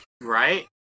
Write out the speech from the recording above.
Right